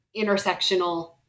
intersectional